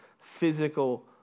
physical